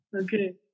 Okay